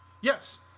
Yes